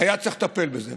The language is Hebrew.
היה צריך לטפל בזה.